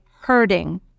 hurting